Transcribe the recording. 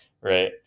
Right